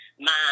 mom